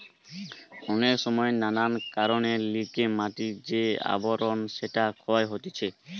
অনেক সময় নানান কারণের লিগে মাটির যে আবরণ সেটা ক্ষয় হতিছে